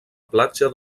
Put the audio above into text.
platja